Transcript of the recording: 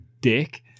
dick